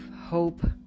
hope